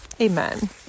Amen